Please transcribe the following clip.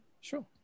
sure